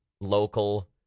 local